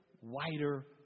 wider